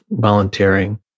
volunteering